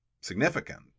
significant